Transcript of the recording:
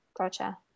Gotcha